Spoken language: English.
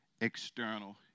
external